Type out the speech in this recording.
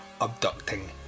abducting